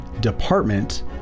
department